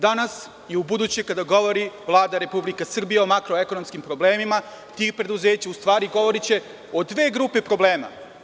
Danas i ubuduće kada govori Vlada Republike Srbije o makroekonomskim problemima tih preduzeća, govoriće o dve grupe problema.